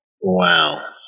Wow